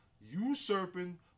usurping